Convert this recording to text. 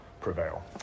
prevail